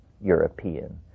European